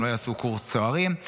הם לא יעשו קורס צוערים.